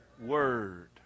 word